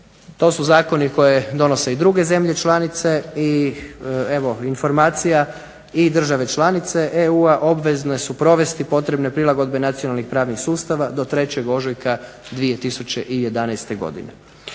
To su zakoni koje donose i druge zemlje članice. I evo informacija i države članice EU-a obvezne su provesti potrebne prilagodbe nacionalnih pravnih sustava do 3. ožujka 2011. godine.